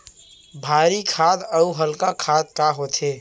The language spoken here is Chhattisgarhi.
भारी खाद अऊ हल्का खाद का होथे?